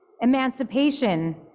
emancipation